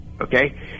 Okay